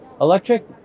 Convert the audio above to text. electric